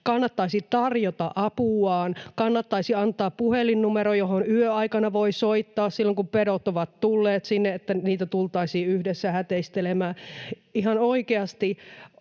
Kannattaisi tarjota apuaan, kannattaisi antaa puhelinnumero, johon yöaikana voi soittaa silloin, kun pedot ovat tulleet sinne, että niitä tultaisiin yhdessä hätistelemään. Ihan oikeasti